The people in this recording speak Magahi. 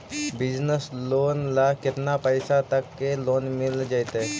बिजनेस लोन ल केतना पैसा तक के लोन मिल जितै?